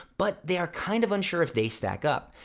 but they are kind of unsure if they stack up.